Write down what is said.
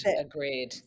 Agreed